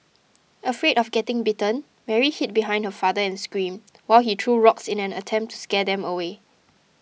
afraid of getting bitten Mary hid behind her father and screamed while he threw rocks in an attempt to scare them away